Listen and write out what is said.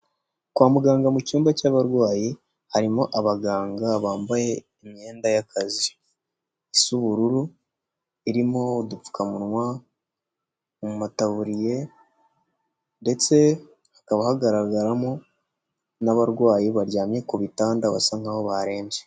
Kwa muganga mu cyumba cy'abarwayi harimo abaganga bambaye imyenda y'akazi, isa ubururu irimo udupfukamunwa mu mataburiya ndetse hakaba hagaragaramo n'abarwayi baryamye ku bitanda basa nk'aho barembye.